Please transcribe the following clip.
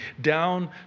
down